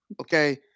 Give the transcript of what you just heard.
Okay